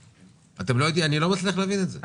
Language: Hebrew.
אני לא מצליח להבין את זה.